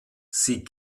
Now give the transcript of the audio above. sie